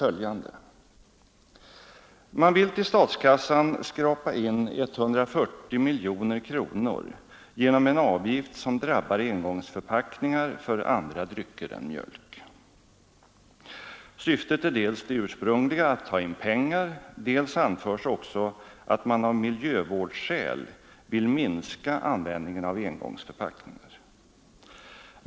Jo, man skriver att man vill till statskassan skrapa in 140 miljoner kronor genom en avgift som drabbar engångsförpackningar för andra drycker än mjölk. Syftet är dels det ursprungliga att ta in pengar, dels att man av miljövårdsskäl vill minska användningen av engångsförpackningar.